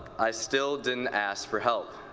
i still didn't ask for help.